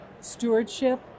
stewardship